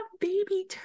baby